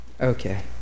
Okay